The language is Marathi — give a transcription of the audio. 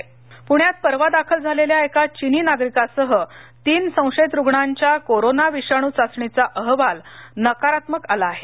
कोरोना पुणे प्ण्यात परवा दाखल झालेल्या एका चीनी नागरिकासह तीन संशयित रुग्णांच्या कोरोना विषाणू चाचणीचा अहवाल नकारात्मक आला आहे